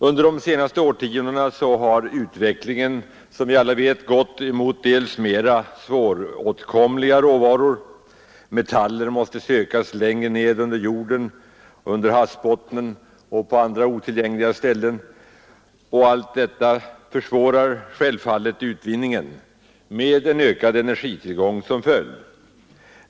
Under de senaste årtiondena har utvecklingen som vi alla vet dels gått mot mera svåråtkomliga råvaror; metaller måste sökas längre ner under jorden, under havsbottnen och på andra otillgängliga ställen, och detta försvårar självfallet utvinningen med en ökad energiförbrukning som följd.